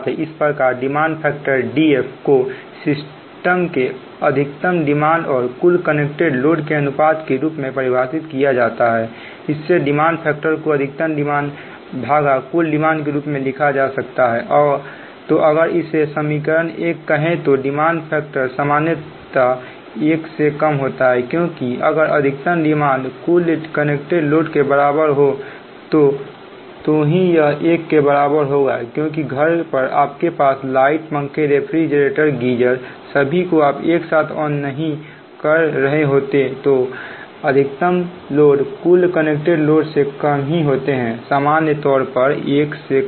इस प्रकार demand factor DF को सिस्टम के अधिकतम डिमांड और कुल कनेक्टेड लोड के अनुपात के रूप में परिभाषित किया जाता है इससे डिमांड फैक्टर को अधिकतम डिमांड भागा कूल डिमांड के रूप में लिखा जा सकता हैतो अगर इसे समीकरण एक कहें हैं तो डिमांड फैक्टर सामान्यता एक से कम ही होता है क्योंकि अगर अधिकतम डिमांड कुल कनेक्टेड लोड के बराबर हो तो ही यह एक के बराबर होगाक्योंकि घर पर आपके पास लाइट पंखे रेफ्रिजरेटर गीजर सभी को आप एक साथ ऑन नहीं कर रहे होते तो अधिकतम लोड कुल कनेक्टेड लोड से कम हीं होते हैं सामान्य तौर पर एक से कम